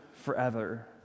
Forever